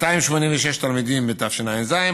286 תלמידים בתשע"ז,